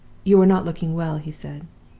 you are not looking well he said.